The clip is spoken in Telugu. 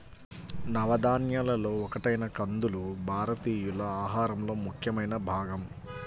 నవధాన్యాలలో ఒకటైన కందులు భారతీయుల ఆహారంలో ముఖ్యమైన భాగం